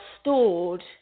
stored